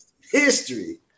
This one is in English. history